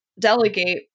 delegate